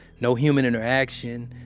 no human interaction.